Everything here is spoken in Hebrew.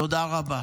תודה רבה.